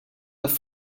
have